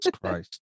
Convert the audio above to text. Christ